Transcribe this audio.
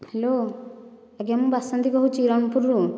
hello ଆଜ୍ଞା ମୁଁ ବାସନ୍ତୀ କହୁଚି ରଣପୁରରୁ